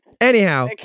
Anyhow